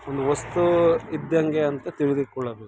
ಒಂದು ವಸ್ತು ಇದ್ದಂಗೆ ಅಂತ ತಿಳಿದುಕೊಳ್ಳಬೇಕು